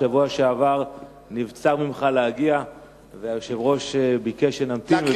בשבוע שעבר נבצר ממך להגיע והיושב-ראש ביקש שנמתין.